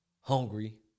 hungry